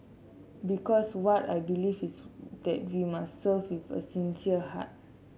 because what I believe is that we must serve with a sincere heart